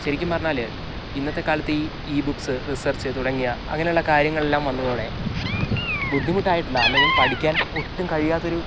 ശരിക്കും പറഞ്ഞാല് ഇന്നത്തെ കാലത്ത് ഈ ഈബുക്ക്സ് റിസർച്ച് തുടങ്ങിയ അങ്ങനെയുള്ള കാര്യങ്ങളെല്ലാം വന്നതോടെ ബുദ്ധിമുട്ടായിട്ടുള്ള അല്ലെങ്കിൽ പഠിക്കാൻ ഒട്ടും കഴിയാത്തൊരു